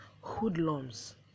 hoodlums